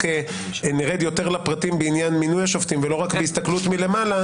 כשנרד יותר לפרטים בעניין מינוי השופטים ולא רק בהסתכלות מלמעלה,